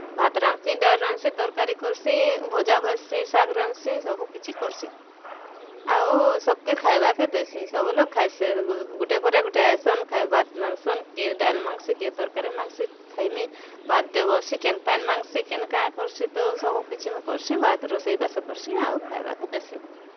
ଭାତ୍ ରାନ୍ଧ୍ସିଁ ଡାଲ୍ ରାନ୍ଧ୍ସିଁ ତର୍କାରୀ କର୍ସିଁ ଭଜା ଭାଜ୍ସିଁ ଶାଗ୍ ରାନ୍ଧ୍ସିଁ ସବୁ କିଛି କର୍ସିଁ ଆଉ ସବ୍କେ ଖାଏବାକେ ଦେସିଁ ସବୁ ଲୋକ୍ ଖାଇସେତ୍ ଗୁଟେ ପରେ ଗୁଟେ ଆଏସନ୍ ଖାଏବା ମାଙ୍ଗସନ୍ କିଏ ଡାଲ୍ ମାଙ୍ଗ୍ସି କିଏ ତର୍କାରୀ ମାଙ୍ଗ୍ସି ଖାଇମି ଭାତ୍ ଦେ ବୋଲସି କେନ୍ ପାଏନ୍ ମାଙ୍ଗ୍ସି କେନ୍ କାଁ କର୍ସିଁ ତ ସବୁ କିଛି ମୁଇଁ କର୍ସିଁ ଭାତ୍ ରୋଷେଇ ବାସ୍ କର୍ସିଁ ଆଉ ଖାଇବାକେ ଦେସିଁ